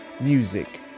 music